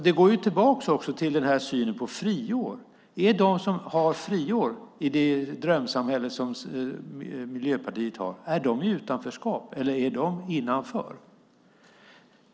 Det går tillbaka också till synen på friår. De som har friår i det drömsamhälle som Miljöpartiet vill skapa, är de i utanförskap, eller är de innanför?